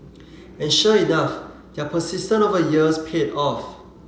and sure enough their persistent over the years paid off